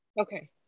okay